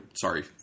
sorry